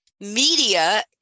media